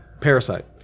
Parasite